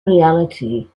reality